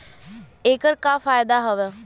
ऐकर का फायदा हव?